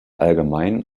allgemein